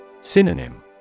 Synonym